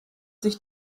sich